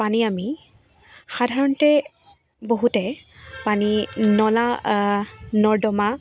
পানী আমি সাধাৰণতে বহুতে পানী নলা নৰ্দমা